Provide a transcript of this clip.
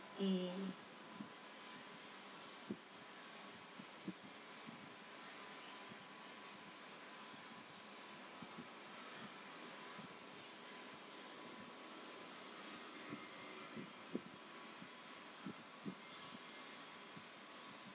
mm